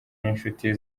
n’inshuti